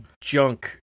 junk